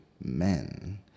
men